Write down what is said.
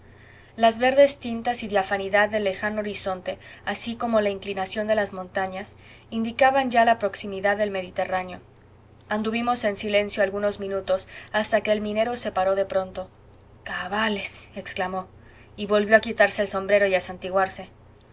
las verdes tintas y diafanidad del lejano horizonte así como la inclinación de las montañas indicaban ya la proximidad del mediterráneo anduvimos en silencio algunos minutos hasta que el minero se paró de pronto cabales exclamó y volvió a quitarse el sombrero y a santiguarse